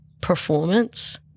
performance